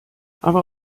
aber